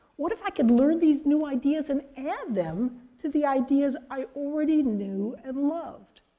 what if i could learn these new ideas and add them to the ideas i already knew and loved?